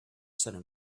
setting